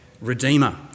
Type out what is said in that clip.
redeemer